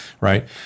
right